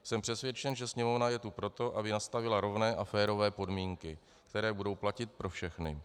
Jsem přesvědčen, že Sněmovna je tu pro to, aby nastavila rovné a férové podmínky, které budou platit pro všechny.